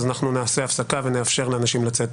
נעשה הפסקה ונאפשר לאנשים לצאת